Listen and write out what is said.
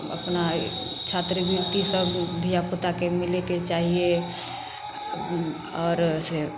अपना छात्रवृतिसब धिआपुताके मिलैके चाही आओर से